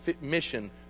mission